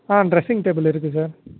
ஆ dressing table இருக்கு sir